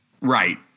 Right